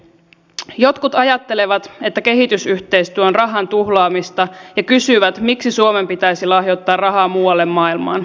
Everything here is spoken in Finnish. jotkut ajattelevat että kehitysyhteistyö on rahan tuhlaamista ja kysyvät miksi suomen pitäisi lahjoittaa rahaa muualle maailmaan